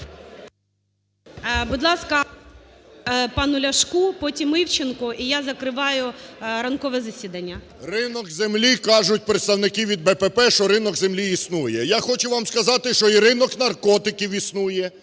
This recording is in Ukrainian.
Будь ласка, пану Ляшку. Потім Івченко. І я закриваю ранкове засідання. 12:07:46 ЛЯШКО О.В. Ринок землі, кажуть представники від БПП, що ринок землі існує. Я хочу вам сказати, що і ринок наркотиків існує,